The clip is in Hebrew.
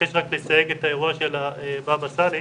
מבקש רק לסייג את האירוע של הבבא סאלי